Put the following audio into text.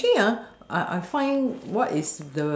actually I I find what is